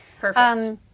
Perfect